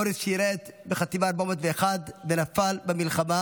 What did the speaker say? בוריס שירת בחטיבה 401 ונפל במלחמה.